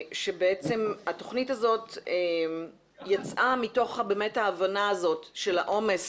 התכנית הזאת יצאה מתוך ההבנה הזאת של העומס